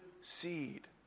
seed